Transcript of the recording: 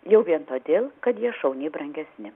jau vien todėl kad jie šauniai brangesni